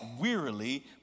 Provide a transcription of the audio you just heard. wearily